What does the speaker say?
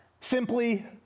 simply